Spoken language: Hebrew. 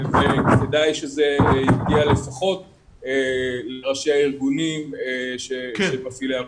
כדאי שזה יגיע לפחות לראשי הארגונים ומפעילי המסגרות.